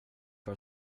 för